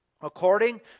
according